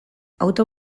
auto